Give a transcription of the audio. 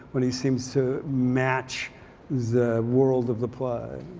when he seems to match the world of the play.